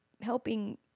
helping